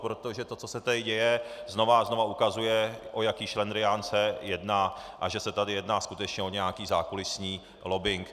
Protože to, co se tady děje, znovu a znovu ukazuje, o jaký šlendrián se jedná a že se tady jedná skutečně o nějaký zákulisní lobbing.